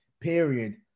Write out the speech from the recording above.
period